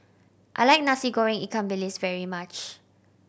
I like Nasi Goreng ikan bilis very much